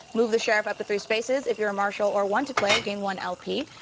move the sheriff up to three spaces. if you're a marshal or wanted player, gain one lp.